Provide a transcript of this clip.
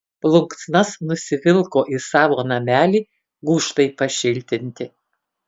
plunksnas nusivilko į savo namelį gūžtai pašiltinti